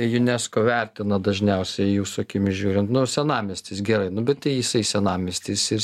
unesco vertina dažniausiai jūsų akimis žiūrint nu senamiestis gerai nu bet tai jisai senamiestis ir